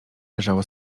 leżało